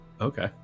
okay